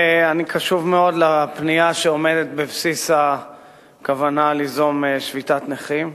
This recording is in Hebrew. אני קשוב מאוד לפנייה שעומדת בבסיס הכוונה ליזום שביתת נכים.